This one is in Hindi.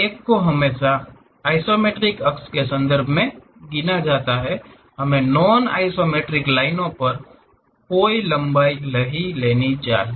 एक को हमेशा आइसोमेट्रिक अक्ष के संदर्भ में गिना जाता है हमें नॉन आइसोमेट्रिक लाइनों पर कोई लंबाई नहीं लेनी चाहिए